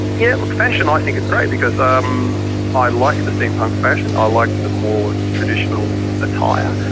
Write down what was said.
yeah look, fashion i think is great, because um i like the steampunk fashion, i like the more traditional attire.